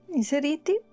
inseriti